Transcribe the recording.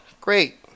Great